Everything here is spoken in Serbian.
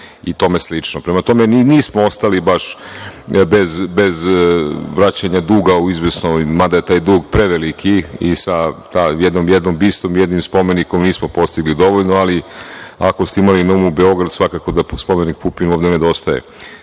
i tome slično. Prema tome, mi nismo ostali baš bez vraćanja duga u izvesnoj, mada je taj dug preveliki i da sa jednom bistom i jednim spomenikom nismo postigli dovoljno, ali ako ste imali na umu Beograd, svakako da spomenik Pupinu ovde nedostaje.